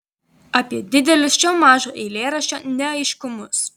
apie didelius šio mažo eilėraščio neaiškumus